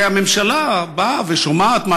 והממשלה באה ושומעת,